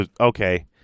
okay